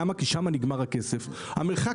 למה?